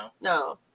No